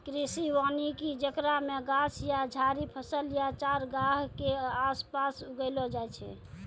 कृषि वानिकी जेकरा मे गाछ या झाड़ि फसल या चारगाह के आसपास उगैलो जाय छै